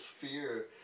fear